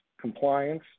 compliance